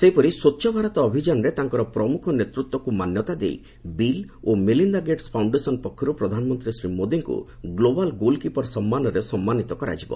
ସେହିପରି ସ୍ୱଚ୍ଚ ଭାରତ ଅଭିଯାନରେ ତାଙ୍କର ପ୍ରମୁଖ ନେତୃତ୍ୱକୁ ମାନ୍ୟତା ଦେଇ ବିଲ୍ ଓ ମେଲିନ୍ଦା ଗେଟ୍ସ ଫାଉଣ୍ଡେସନ ପକ୍ଷରୁ ପ୍ରଧାନମନ୍ତ୍ରୀ ଶ୍ରୀ ମୋଦିଙ୍କୁ ଗ୍ଲୋବାଲ ଗୋଲକିପର ସମ୍ମାନରେ ସମ୍ମାନୀତ କରାଯିବ